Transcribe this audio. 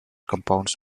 compounds